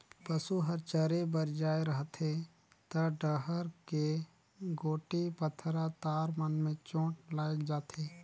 पसू हर चरे बर जाये रहथे त डहर के गोटी, पथरा, तार मन में चोट लायग जाथे